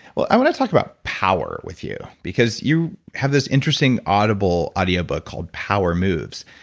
well, i want to talk about power with you, because you have this interesting audible audio book called power moves.